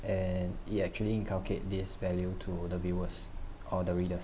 and it actually inculcate this value to the viewers or the readers